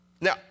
Now